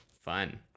fun